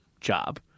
job